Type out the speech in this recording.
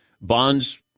Bonds